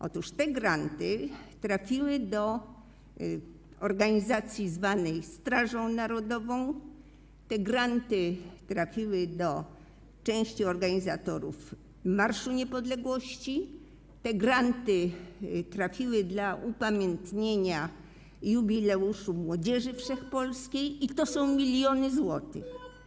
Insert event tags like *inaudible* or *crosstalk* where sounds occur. Otóż te granty trafiły do organizacji zwanej Strażą Narodową, te granty trafiły do części organizatorów Marszu Niepodległości, te granty trafiły na upamiętnienie jubileuszu Młodzieży Wszechpolskiej, *noise* i to są miliony złotych.